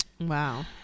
Wow